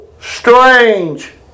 strange